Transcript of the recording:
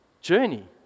journey